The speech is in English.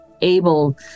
able